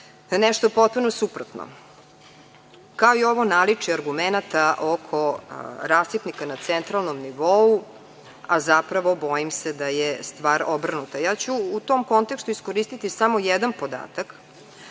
nešto potpuno suprotno, kao i ovo naličje argumenata oko rasipnika na lokalnom nivou, a zapravo, bojim se da je stvar obrnuta. Ja ću u tom kontekstu iskoristiti samo jedan podatak,